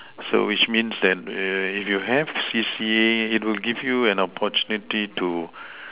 so which means that if you have C_C_A it will give you an opportunity to